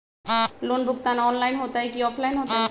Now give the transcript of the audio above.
Loan भुगतान online होतई कि ऑफलाइन होतई?